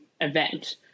event